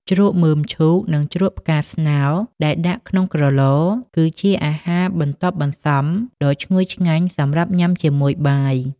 ជ្រក់មើមឈូក និងជ្រក់ផ្កាស្នោដែលដាក់ក្នុងក្រឡ គឺជាអាហារបន្ទាប់បន្សំដ៏ឈ្ងុយឆ្ងាញ់សម្រាប់ញ៉ាំជាមួយបាយ។